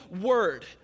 word